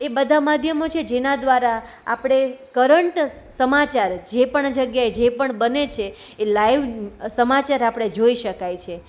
એ બધા માધ્યમો છે જેના દ્વારા આપણે કરંટ સમાચાર જે પણ જગ્યા એ જે પણ બને છે એ લાઇવ સમાચાર આપણે જોઈ શકાય છે